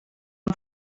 amb